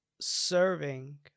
serving